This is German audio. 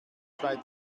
zwei